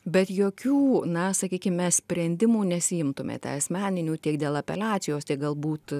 bet jokių na sakykime sprendimų nesiimtumėte asmeninių tiek dėl apeliacijos galbūt